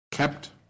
kept